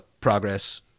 progress